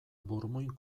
burmuin